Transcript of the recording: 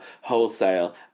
wholesale